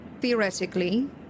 Theoretically